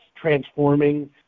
transforming